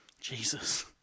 jesus